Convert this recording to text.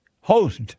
Host